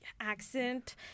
accent